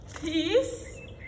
peace